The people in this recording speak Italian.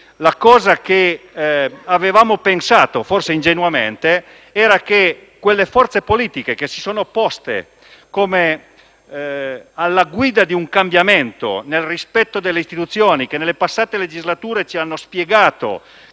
caso. Ci saremmo aspettati - forse ingenuamente - dalle forze politiche che si sono poste alla guida di un cambiamento nel rispetto delle istituzioni, e che nelle passate legislature ci hanno spiegato